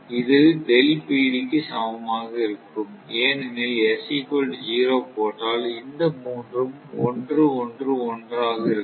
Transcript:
இது ΔPd சமமாக இருக்கும் ஏனெனில் s0 போட்டால் இந்த மூன்றும் 1 1 1 ஆக இருக்கும்